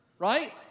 right